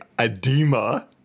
edema